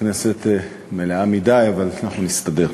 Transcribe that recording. הכנסת מלאה מדי, אבל אנחנו נסתדר.